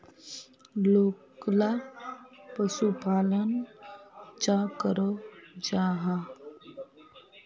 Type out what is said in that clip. लोकला पशुपालन चाँ करो जाहा?